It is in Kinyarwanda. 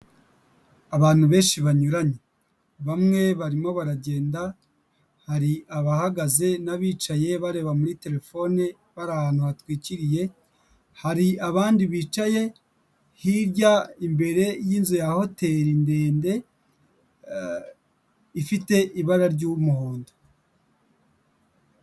Abantu benshi banyuranye bamwe barimo baragenda, hari abahagaze n'abicaye bareba muri telefone bari ahantu hatwikiriye, hari abandi bicaye hirya imbere y'inzu ya hoteli ndende ifite ibara ry'umuhondo.